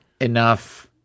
enough